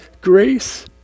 grace